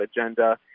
agenda